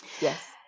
yes